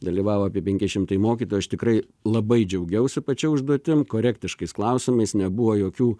dalyvavo apie penki šimtai mokytojų aš tikrai labai džiaugiausi pačia užduotim korektiškais klausimais nebuvo jokių